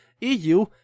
EU